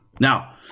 Now